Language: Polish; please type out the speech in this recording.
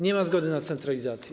Nie ma zgody na centralizację.